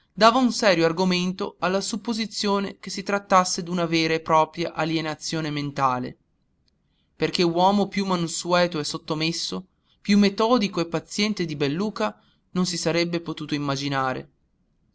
dava un serio argomento alla supposizione che si trattasse d'una vera e propria alienazione mentale perché uomo più mansueto e sottomesso più metodico e paziente di belluca non si sarebbe potuto immaginare